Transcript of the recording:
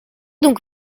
donc